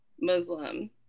Muslim